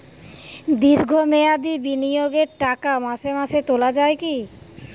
দীর্ঘ মেয়াদি বিনিয়োগের টাকা মাসে মাসে তোলা যায় কি?